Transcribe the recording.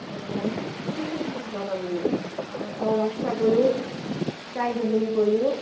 हजुर हामी कुन चाहिँ कुन चाहिँ जग्गा गयो चौरास्ता गयो टाइगर हिल गयो